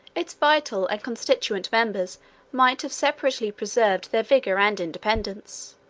its vital and constituent members might have separately preserved their vigor and independence.